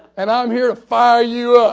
and i'm here to fire you